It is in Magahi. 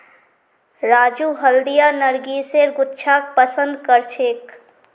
राजू हल्दिया नरगिसेर गुच्छाक पसंद करछेक